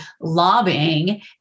lobbying